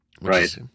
Right